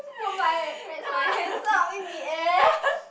put my raise my hands up in the air